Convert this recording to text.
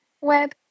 web